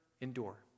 Endure